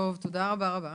תודה רבה רבה